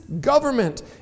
government